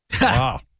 Wow